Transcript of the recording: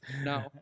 No